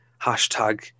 hashtag